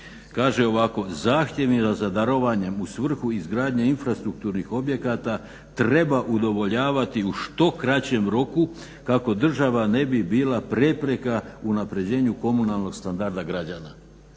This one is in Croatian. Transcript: Kaže ovako "zahtjevima za darovanjem u svrhu izgradnje infrastrukturnih objekata treba udovoljavati u što kraćem roku kako država ne bi bila prepreka unapređenju komunalnog standarda građana".